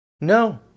No